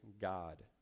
god